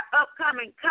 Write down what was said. upcoming